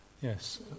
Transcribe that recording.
yes